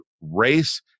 race